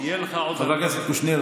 חבר הכנסת קושניר,